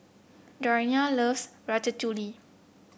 Dariana loves Ratatouille